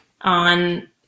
on